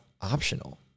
optional